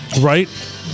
Right